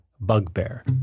bugbear